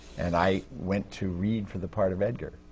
and i went to read for the part of edgar.